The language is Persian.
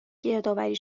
گردآوری